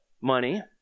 money